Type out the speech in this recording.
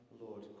Lord